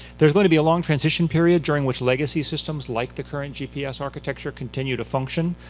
there's going to be a long transition period during which legacy systems like the current gps architecture continue to function.